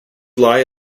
lie